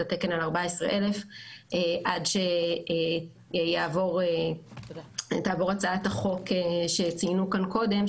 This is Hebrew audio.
התקן על 14,000 עד שתעבור הצעת החוק שציינו כאן קודם,